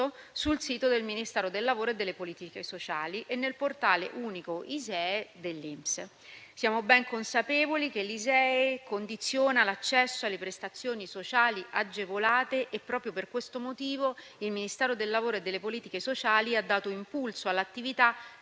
sul sito del Ministero del lavoro e delle politiche sociali e nel portale unico ISEE dell'INPS. Siamo ben consapevoli che l'ISEE condiziona l'accesso alle prestazioni sociali agevolate e, proprio per questo motivo, il Ministero del lavoro e delle politiche sociali ha dato impulso all'attività